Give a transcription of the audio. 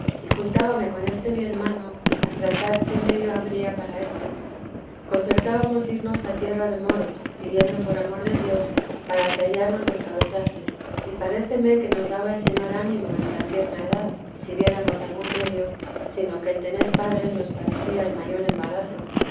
cielo juntábame con este mi hermano a tratar qué medio habría para esto concertábamos irnos a tierra de moros pidiendo por amor de dios para que allá nos descabezasen y paréceme que nos daba el señor ánimo en tan tierna edad si viéramos algún medio sino que el tener padres nos parecía el mayor embarazo